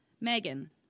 Megan